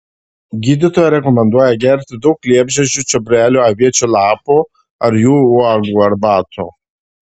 gydytoja rekomenduoja gerti daug liepžiedžių čiobrelių aviečių lapų ar jų uogų arbatų